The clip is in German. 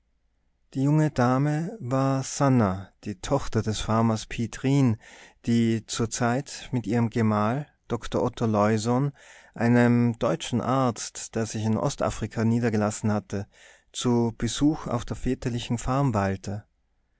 die junge dame war sannah die tochter des farmers piet rijn die zur zeit mit ihrem gemahl doktor otto leusohn einem deutschen arzt der sich in ostafrika niedergelassen hatte zu besuch auf der väterlichen farm weilte